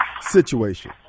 situation